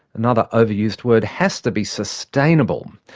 another overused word has to be sustainable.